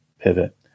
pivot